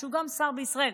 שהוא גם שר בישראל,